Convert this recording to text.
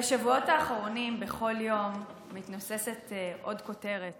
בשבועות האחרונים בכל יום מתנוססת עוד כותרת